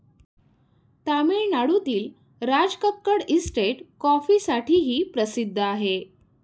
तामिळनाडूतील राजकक्कड इस्टेट कॉफीसाठीही प्रसिद्ध आहे